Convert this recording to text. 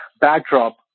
backdrop